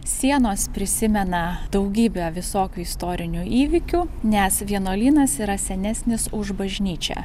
sienos prisimena daugybę visokių istorinių įvykių nes vienuolynas yra senesnis už bažnyčią